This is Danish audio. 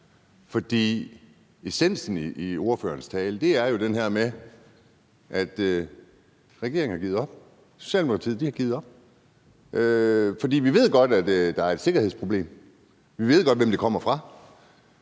det. Essensen i ordførerens tale er jo det her med, at regeringen har givet op, at Socialdemokratiet har givet op, for vi ved godt, at der er et sikkerhedsproblem, og vi ved godt, hvem det kommer fra.